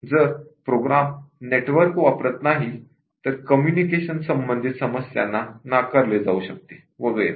जर program network वापरत नाही तर कम्युनिकेशन संबंधित समस्यांना नाकारले जाऊ शकते वगैरे